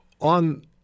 On